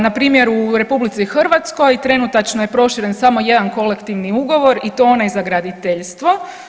Npr. u RH trenutačno je proširen samo jedan kolektivni ugovor i to onaj za graditeljstvo.